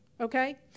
okay